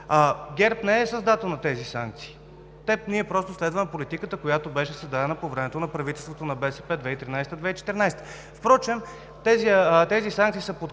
ГЕРБ не е създател на тези санкции. Ние просто следваме политиката, която беше създадена по време на правителството на БСП в 2013 – 2014 г. Впрочем, тези санкции са